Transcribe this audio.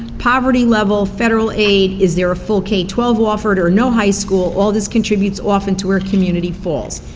poverty level, federal aid, is there a full k twelve offered or no high school, all this contributes often to where a community falls.